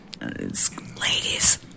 ladies